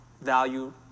value